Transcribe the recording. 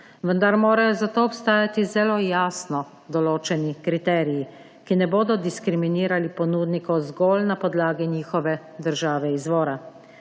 vendar morajo za to obstajati zelo jasno določeni kriteriji, ki ne bodo diskriminirali ponudnikov zgolj na podlagi njihove države izvora.